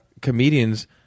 comedians